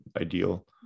ideal